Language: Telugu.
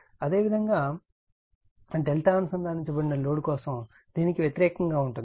అదేవిధంగా Δ అనుసందానించబడిన లోడ్ కోసం దీనికి వ్యతిరేఖంగా ఉంటుంది